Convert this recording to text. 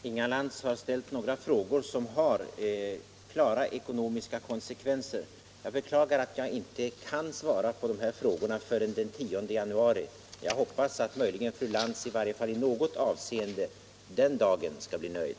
Herr talman! Inga Lantz har ställt några frågor som rör klara ekonomiska konsekvenser, men jag beklagar att jag inte kan svara på de frågorna förrän den 10 januari nästa år. Jag hoppas att fru Lantz möjligen —- i varje fall i något avseende — den dagen skall bli nöjd.